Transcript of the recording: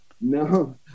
no